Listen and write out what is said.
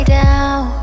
down